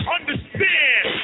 Understand